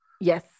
Yes